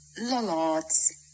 Lollard's